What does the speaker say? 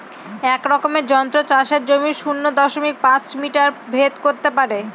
এক রকমের যন্ত্র চাষের জমির শূন্য দশমিক পাঁচ মিটার ভেদ করত পারে